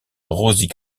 rosie